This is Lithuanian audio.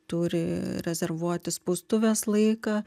turi rezervuoti spaustuvės laiką